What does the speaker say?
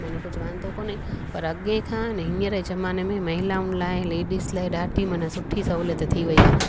माना कुझु वांदो कोने पर अॻे खां ने हींअर जे ज़माने में महिलाउनि लाइ लेडीस लाइ ॾाढी माना सुठी सहूलियत थी वेई आहे